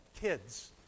kids